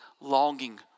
longing